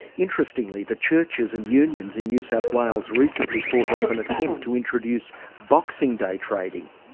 interestingly the churches and unions in new south wales recently fought off an attempt to introduce boxing day trading.